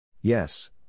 Yes